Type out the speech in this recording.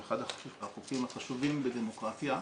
הוא אחד החוקים החשובים בדמוקרטיה.